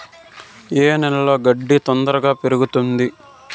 ఏ నేలలో గడ్డి తొందరగా పెరుగుతుంది